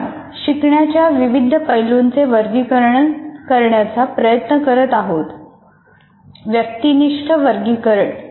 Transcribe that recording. आपण शिकण्याच्या विविध पैलूंचे वर्गीकरण करण्याचा प्रयत्न करत आहोत व्यक्तिनिष्ठ वर्गीकरण